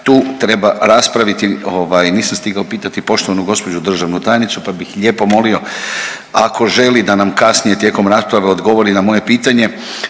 tu treba raspraviti, ovaj nisam stigao pitati poštovanu gđu. državnu tajnicu, pa bih lijepo molio ako želi da nam kasnije tijekom rasprave odgovori na moje pitanje,